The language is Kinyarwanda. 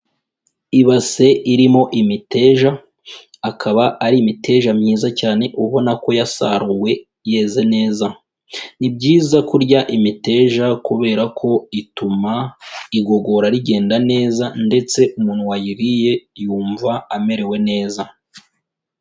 Ibase irimo imiteja, akaba ari imiteja myiza cyane ubona ko yasaruwe yeze neza, ni byiza kurya imiteja kubera ko ituma igogora rigenda neza ndetse umuntu wayiriye yumva amerewe neza.